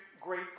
great